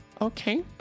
Okay